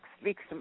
speaks